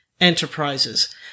Enterprises